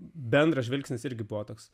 bendras žvilgsnis irgi buvo toks